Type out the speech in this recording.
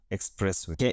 Expressway